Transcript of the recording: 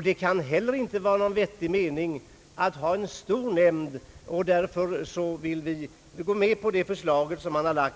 Det kan heller inte vara någon vettig mening i att ha en stor nämnd, och därför vill vi gå med på departementschefens förslag